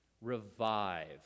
revive